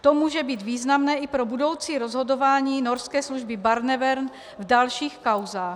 To může být významné i pro budoucí rozhodování norské služby Barnevern v dalších kauzách.